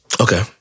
Okay